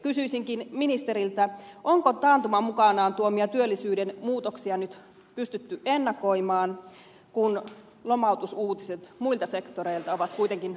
kysyisinkin ministeriltä onko taantuman mukanaan tuomia työllisyyden muutoksia nyt pystytty ennakoimaan kun lomautusuutiset muilta sektoreilta ovat kuitenkin